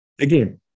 Again